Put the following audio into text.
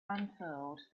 unfurled